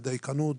בדייקנות,